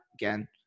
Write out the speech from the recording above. Again